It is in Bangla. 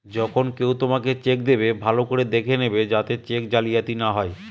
যখন কেউ তোমাকে চেক দেবে, ভালো করে দেখে নেবে যাতে চেক জালিয়াতি না হয়